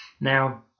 Now